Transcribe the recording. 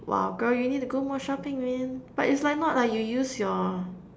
!wah! girl you need to go more shopping man but it's like not like you use your